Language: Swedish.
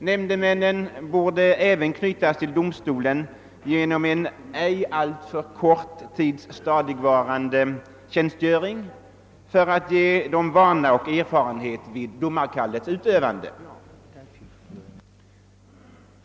Nämndemännen borde även knytas till domstolen genom en inte alltför kort tids stadigvarande tjänstgöring för att ge dem vana och erfarenhet vid domarkallets utövande.